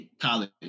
college